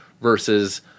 versus